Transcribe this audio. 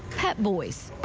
pep boys.